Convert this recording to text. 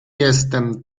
jestem